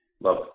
Love